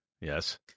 yes